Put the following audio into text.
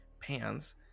pants